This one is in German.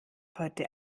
heute